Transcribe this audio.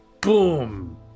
boom